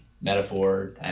metaphor